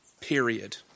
Period